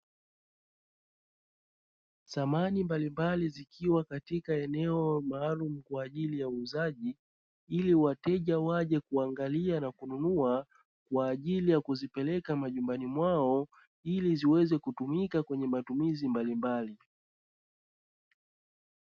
Samani mbalimbali zikiwa katika eneo maalumu kwa ajili ya uuzaji, ili wateja waje kuangalia na kununua kwa ajili ya kuzipeleka majumbani mwao, ili ziweze kutumika kwenye matumizi mbalimbali.